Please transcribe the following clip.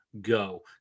Go